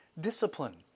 discipline